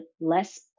less